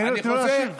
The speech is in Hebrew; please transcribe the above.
תני לו להשיב.